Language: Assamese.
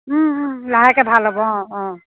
লাহেকৈ ভাল হ'ব অঁ অঁ